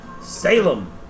Salem